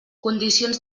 condicions